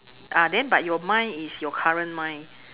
ah then but your mind is your current mind